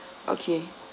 okay